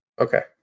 Okay